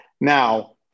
Now